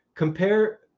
Compare